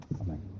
Amen